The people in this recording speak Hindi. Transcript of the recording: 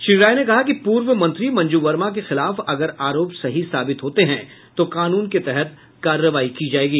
श्री राय ने कहा कि पूर्व मंत्री मंजू वर्मा के खिलाफ अगर आरोप सही साबित होते हैं तो कानून के तहत कार्रवाई की जायेगी